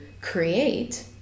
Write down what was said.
create